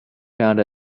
found